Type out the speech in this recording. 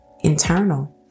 internal